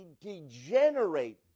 degenerate